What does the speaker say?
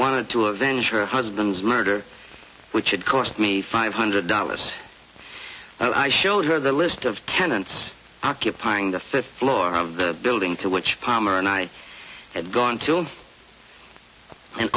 wanted to avenge her husband's murder which had cost me five hundred dollars and i showed her the list of tenants occupying the fifth floor of the building to which palmer and i had gone to